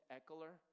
Eckler